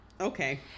Okay